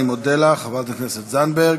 אני מודה לך, חברת הכנסת זנדברג.